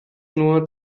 nur